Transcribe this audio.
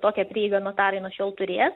tokia prieigą notarai nuo šiol turės